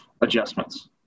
adjustments